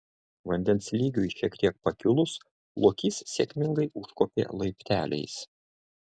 vandens lygiui šiek tiek pakilus lokys sėkmingai užkopė laipteliais